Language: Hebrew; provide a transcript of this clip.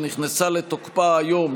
שנכנסה לתוקפה היום,